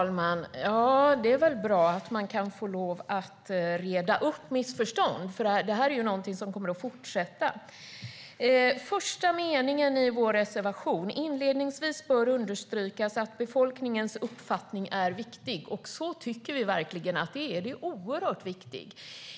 Fru talman! Det är bra att vi kan få lov att reda ut missförstånd, för detta är ju något som kommer att fortsätta. Den första meningen i vår reservation lyder: Inledningsvis bör understrykas att befolkningens uppfattning är viktig. Så tycker vi verkligen att det är; den är oerhört viktig.